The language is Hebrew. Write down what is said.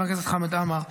לחבר הכנסת חמד עמאר.